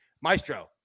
Maestro